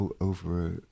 over